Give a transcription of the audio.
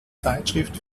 zeitschrift